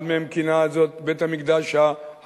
אחד מהם כינה את זאת: בית-המקדש הבדוי.